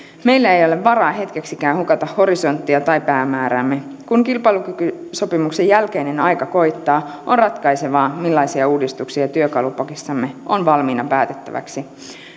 meillä ei ole varaa hetkeksikään hukata horisonttia tai päämääräämme kun kilpailukykysopimuksen jälkeinen aika koittaa on ratkaisevaa millaisia uudistuksia työkalupakissamme on valmiina päätettäväksi